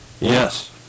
yes